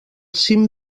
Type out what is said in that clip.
cim